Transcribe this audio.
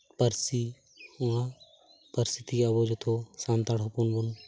ᱯᱟᱹᱨᱥᱤ ᱱᱚᱣᱟ ᱯᱟᱹᱨᱥᱤ ᱛᱮᱜᱮ ᱟᱵᱚ ᱡᱚᱛᱚ ᱥᱟᱱᱛᱟᱲ ᱦᱚᱯᱚᱱ ᱵᱚᱱ